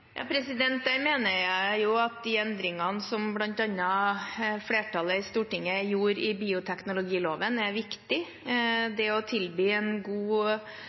mener jeg at de endringene som bl.a. flertallet i Stortinget gjorde i bioteknologiloven, er viktig. Det å tilby en god